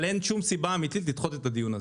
אבל אין שום סיבה אמיתית לדחות את הדיון הזה.